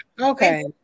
Okay